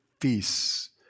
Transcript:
feasts